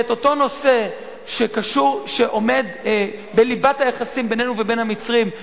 שבאותו נושא שעומד בליבת היחסים בינינו ובין המצרים,